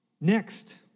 Next